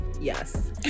yes